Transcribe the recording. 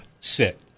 Sit